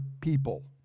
people